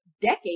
decade